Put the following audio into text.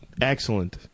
Excellent